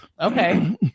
Okay